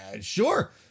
Sure